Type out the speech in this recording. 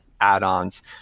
add-ons